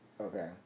Okay